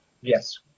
Yes